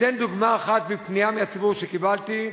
אתן דוגמה אחת של פנייה מהציבור שקיבלתי: